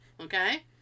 Okay